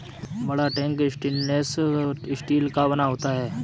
बड़ा tank stainless steel का बना होता है